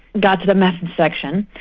got to the method section,